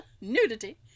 nudity